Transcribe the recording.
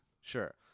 Sure